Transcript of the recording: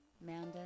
Manda